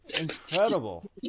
Incredible